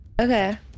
Okay